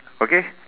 okay